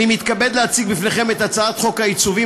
אני מתכבד להציג בפניכם את הצעת חוק העיצובים,